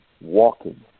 walking